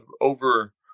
over